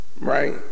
right